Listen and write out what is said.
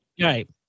Right